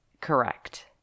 Correct